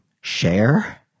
share